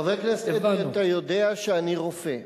חבר הכנסת אדרי, אתה יודע שאני רופא,